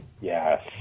Yes